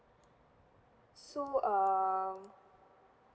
so um